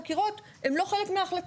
חייב להיות גלאי עשן בכל בית,